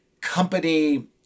company